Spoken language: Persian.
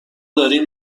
داریم